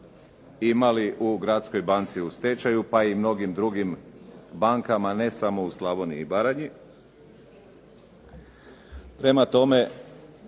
imali u Gradskoj banci u stečaju, pa i mnogim drugim bankama, ne samo u Slavoniji i Baranji.